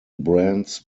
brands